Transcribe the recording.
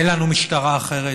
אין לנו משטרה אחרת,